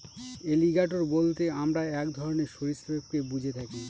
alligator বলতে আমরা এক ধরনের সরীসৃপকে বুঝে থাকি